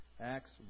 Acts